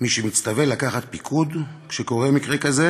מי שמצטווים לקחת פיקוד כשקורה מקרה כזה